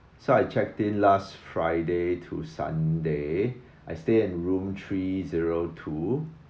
so I check in last friday to sunday I stay in room three zero two